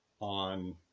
on